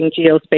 geospatial